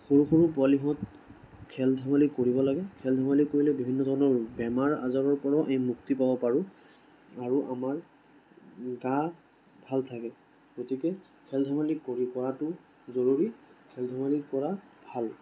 সৰু সৰু পোৱালিহঁত খেল ধেমালি কৰিব লাগে খেল ধেমালি কৰিলে বিভিন্ন ধৰণৰ বেমাৰ আজাৰৰ পৰাও আমি মুক্তি পাব পাৰোঁ আৰু আমাৰ গা ভাল থাকে গতিকে খেল ধেমালি কৰাতো জৰুৰী খেল ধেমালি কৰা ভাল